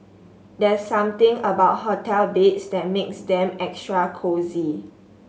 there's something about hotel beds that makes them extra cosy